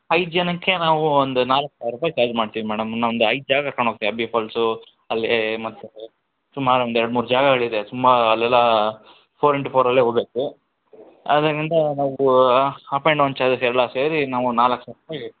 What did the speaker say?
ಐದು ಜನಕ್ಕೆ ನಾವು ಒಂದು ನಾಲ್ಕು ಸಾವಿರ ರೂಪಾಯಿ ಚಾರ್ಜ್ ಮಾಡ್ತೀವಿ ಮೇಡಮ್ ನಾವು ಒಂದು ಐದು ಜಾಗಕ್ಕೆ ಕರ್ಕಂಡು ಹೋಗ್ತೀವ್ ಅಬ್ಬಿ ಪಾಲ್ಸು ಅಲ್ಲೀ ಮತ್ತೆ ಸುಮಾರು ಒಂದು ಎರಡು ಮೂರು ಜಾಗಗಳಿದೆ ಸುಮಾ ಅಲ್ಲೆಲ್ಲ ಫೋರ್ ಇಂಟು ಫೋರಲ್ಲೇ ಹೋಬೇಕ್ ಅದರಿಂದ ನಾವು ಅಪ್ ಆ್ಯಂಡ್ ಡೌನ್ ಚಾರ್ಜಸ್ ಎಲ್ಲ ಸೇರಿ ನಾವು ನಾಲ್ಕು ಸಾವಿರ ರೂಪಾಯಿ ಹೇಳ್ತೀವಿ